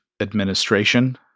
administration